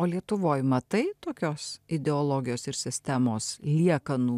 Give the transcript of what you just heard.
o lietuvoj matai tokios ideologijos ir sistemos liekanų